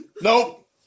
nope